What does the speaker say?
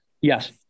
Yes